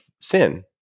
sin